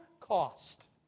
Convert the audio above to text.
cost